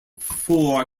four